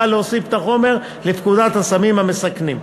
להוסיף את החומר לפקודת הסמים המסכנים.